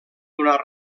donar